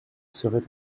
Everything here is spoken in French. serait